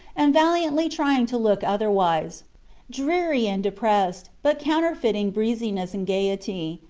and valiantly trying to look otherwise dreary and depressed, but counterfeiting breeziness and gaiety,